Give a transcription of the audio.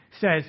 says